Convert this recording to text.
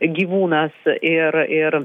gyvūnas ir ir